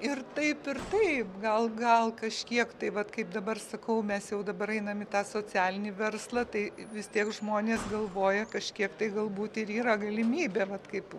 ir taip ir taip gal gal kažkiek tai vat kaip dabar sakau mes jau dabar einam į tą socialinį verslą tai vis tiek žmonės galvoja kažkiek tai galbūt ir yra galimybė vat kaip